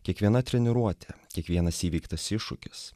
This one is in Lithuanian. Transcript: kiekviena treniruotė kiekvienas įveiktas iššūkis